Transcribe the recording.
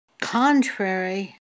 Contrary